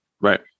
Right